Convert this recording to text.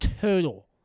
total